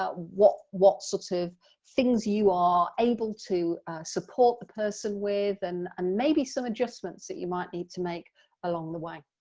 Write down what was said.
ah what what sort of things you are able to support the person with and ah maybe some adjustments that you might need to make along the way.